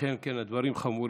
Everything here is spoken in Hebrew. אכן כן, הדברים חמורים.